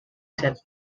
set